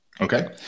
Okay